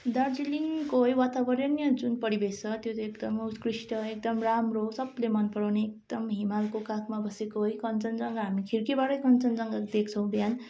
दार्जीलिङको है वातावरणीय जुन परिवेश छ त्यो चाहिँ एकदमै उत्कृष्ट एकदम राम्रो सबले मनपराउने एकदम हिमालको काखमा बसेको है कञ्चनसङ्घा हामी खिड्कीबाटै कञ्चनजङ्घा देख्छौँ बिहान